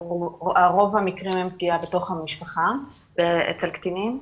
המקרים הם פגיעה בתוך המשפחה אצל קטינים.